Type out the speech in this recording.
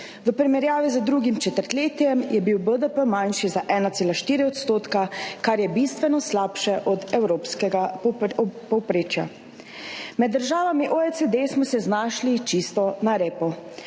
V primerjavi z drugim četrtletjem je bil BDP manjši za 1,4 %, kar je bistveno slabše od evropskega povprečja. Med državami OECD smo se znašli čisto na repu.